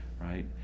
right